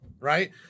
right